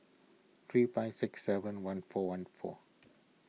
three five six seven one four one four